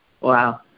Wow